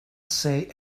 say